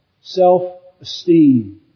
self-esteem